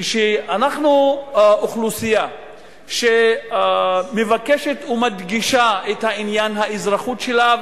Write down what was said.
כשאנחנו אוכלוסייה שמבקשת ומדגישה את עניין האזרחות שלה,